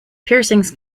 piercings